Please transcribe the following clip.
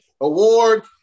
award